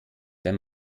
wenn